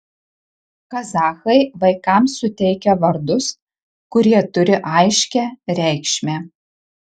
kazachai vaikams suteikia vardus kurie turi aiškią reikšmę